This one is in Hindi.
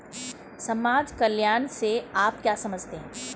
समाज कल्याण से आप क्या समझते हैं?